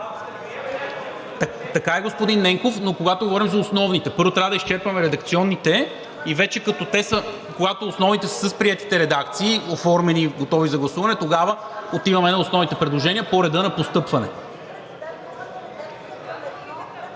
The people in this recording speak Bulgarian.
Така е, господин Ненков, но когато говорим за основните. Първо, трябва да изчерпим редакционните и когато вече основните са с приетите редакции – оформени и готови за гласуване, тогава отиваме на основните предложения по реда на постъпване.